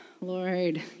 Lord